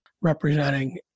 representing